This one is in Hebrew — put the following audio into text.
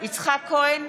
יצחק כהן,